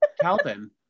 Calvin